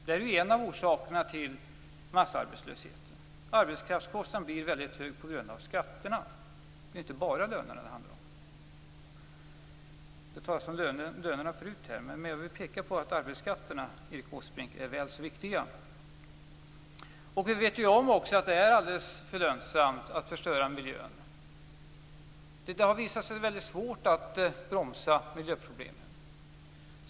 Det är en av orsaken till massarbetslösheten. Det har talats om lönerna tidigare här i dag, men jag vill peka på att arbetsskatterna är väl så viktiga, Erik Åsbrink. Arbetskraftskostnaden blir väldigt hög på grund av skatterna. Det handlar alltså inte bara om lönerna. Vi vet ju också att det är alldeles för lönsamt att förstöra miljön. Det har visat sig väldigt svårt att bromsa miljöproblemen.